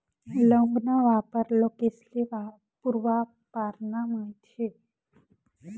लौंग ना वापर लोकेस्ले पूर्वापारना माहित शे